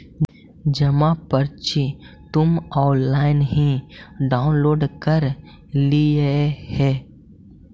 जमा पर्ची तुम ऑनलाइन ही डाउनलोड कर लियह